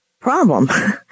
problem